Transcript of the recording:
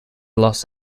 los